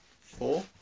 Four